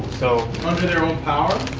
so under their own power?